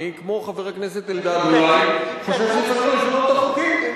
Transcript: אני כמו חבר הכנסת אלדד חושב שצריך גם לשמור את החוקים.